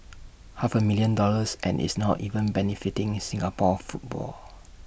half A million dollars and it's not even benefiting Singapore football